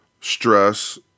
stress